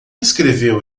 escreveu